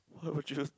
her was just